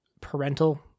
parental